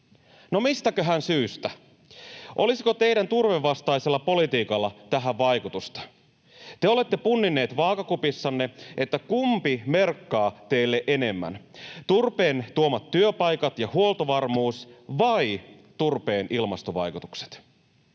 No mistäköhän syystä? Olisiko teidän turvevastaisella politiikalla tähän vaikutusta? Te olette punninneet vaakakupissanne, kumpi merkkaa teille enemmän, turpeen tuomat työpaikat ja huoltovarmuus vai turpeen ilmastovaikutukset.